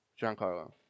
Giancarlo